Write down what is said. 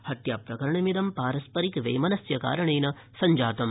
हत्या प्रकरणमिद पारस्पारिक वैमनस्य कारणेन सञ्जातम्